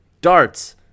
darts